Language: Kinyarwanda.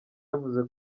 yavuze